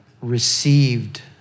received